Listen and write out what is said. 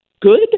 good